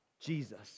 Jesus